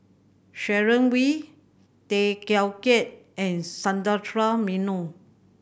Sharon Wee Tay Teow Kiat and Sundaresh Menon